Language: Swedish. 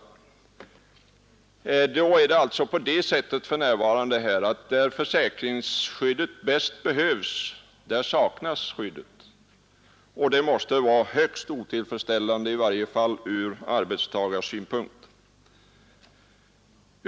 För närvarande är det alltså på det sättet att där försäkringsskyddet bäst behövs, där saknas det. Det måste vara högst otillfredsställande, åtminstone ur arbetstagarsynpunkt.